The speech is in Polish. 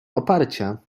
oparcia